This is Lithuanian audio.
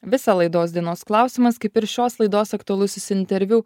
visą laidos dienos klausimas kaip ir šios laidos aktualusis interviu